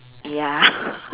ya